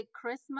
Christmas